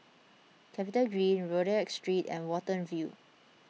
CapitaGreen Rodyk Street and Watten View